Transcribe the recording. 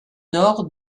nord